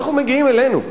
אנחנו מגיעים אלינו,